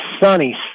sunny